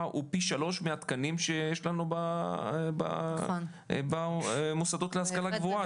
הוא פי שלוש מהתקנים שיש לנו במוסדות להשכלה גבוהה,